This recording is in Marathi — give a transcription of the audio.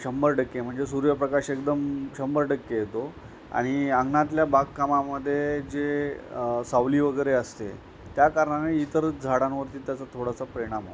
शंभर टक्के म्हणजे सूर्यप्रकाश एकदम शंभर टक्के येतो आणि अंगणातल्या बागकामामध्ये जे सावली वगैरे असते त्या कारणाने इतरच झाडांवरती त्याचा थोडासा परिणाम होतो